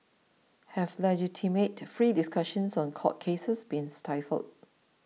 have legitimate free discussions on court cases been stifled